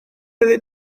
oeddet